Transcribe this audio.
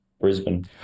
Brisbane